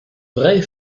vraie